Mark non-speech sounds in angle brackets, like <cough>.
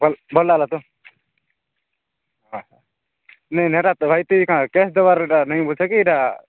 ଭଲ୍ ଭଲ୍ ହେଲା ତ ହଏ ହଏ ନାଇଁ ନାଇଁ ଏଇଟା <unintelligible> କ୍ୟାସ୍ ଦେବାର ନାଇଁ ବୋଲ୍ଛେ କି ଏଇଟା